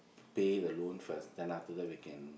pay the loan first then after that we can